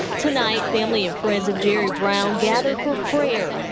tonight family and friends of jerry brown gather for prayer,